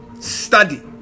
study